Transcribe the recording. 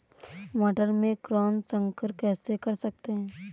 मटर में क्रॉस संकर कैसे कर सकते हैं?